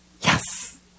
yes